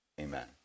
amen